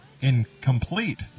incomplete